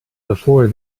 before